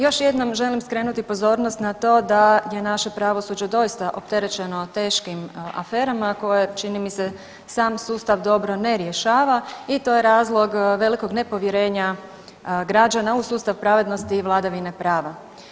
Još jednom želim skrenuti pozornost na to da je naše pravosuđe doista opterećeno teškim aferama koje čini mi se sam sustav dobro ne rješava i to je razlog velikog nepovjerenja građana u sustav pravednosti i vladavine prava.